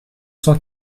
cent